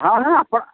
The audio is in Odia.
ହଁ ହଁ ଆପଣ